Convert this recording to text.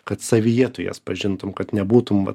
kad savyje tu jas pažintum kad nebūtum vat